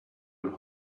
and